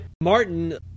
Martin